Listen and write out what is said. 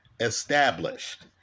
established